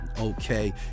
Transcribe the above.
okay